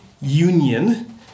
union